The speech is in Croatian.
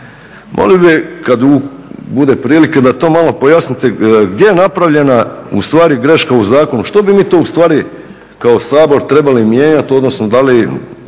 Molio bih kad bude prilike da to malo pojasnite gdje je napravljena u stvari greška u zakonu, što bi mi to u stvari kao Sabor trebali mijenjati, odnosno da li